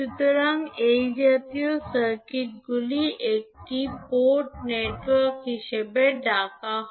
সুতরাং এই জাতীয় সার্কিটগুলি একটি পোর্ট নেটওয়ার্ক হিসাবে ডাকা হয়